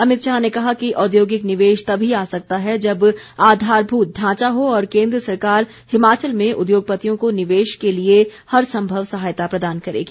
अमित शाह ने कहा कि औद्योगिक निवेश तभी आ सकता है जब आधारभूत ढांचा हो और केंद्र सरकार हिमाचल में उद्योगपतियों को निवेश के लिए हर संभव सहायता प्रदान करेगी